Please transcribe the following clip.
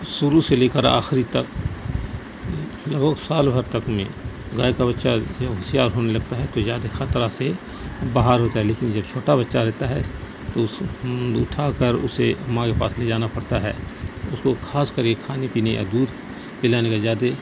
شروع سے لے کر آخری تک لگ بھگ سال بھر تک میں گائے بچہ جب ہوشیار ہونے لگتا ہے تو زیادہ خطرہ سے باہر ہوتا ہے لیکن جب چھوٹا بچہ رہتا ہے تو اسے اٹھا کر اسے ماں کے پاس لے جانا پڑتا ہے اس کو خاص کر کے کھانے پینے یا دودھ پلانے کا زیادہ